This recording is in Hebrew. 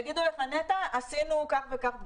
אבל יגידו לך נת"ע עשינו כך וכך פגישות.